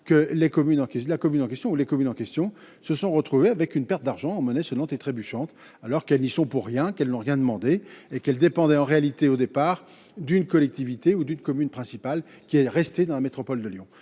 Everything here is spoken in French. qui la commune en question ou les communes en question se sont retrouvés avec une perte d'argent mené dont et trébuchantes alors qu'elles y sont pour rien, qu'elles ont rien demandé et qu'elle dépendait en réalité au départ d'une collectivité ou d'une commune principal qui est resté dans la métropole de Lyon,